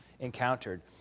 Encountered